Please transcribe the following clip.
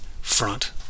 front